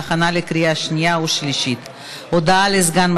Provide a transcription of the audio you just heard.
ההצעה להעביר את הצעת חוק לציון יום